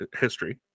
history